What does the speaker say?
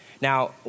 Now